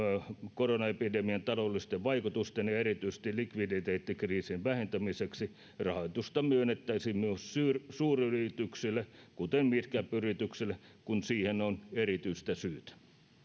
koronaepidemian taloudellisten vaikutusten ja erityisesti likviditeettikriisin vähentämiseksi rahoitusta myönnettäisiin myös suuryrityksille kuten midcap yrityksille kun siihen on erityistä syytä